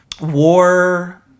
war